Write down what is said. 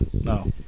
no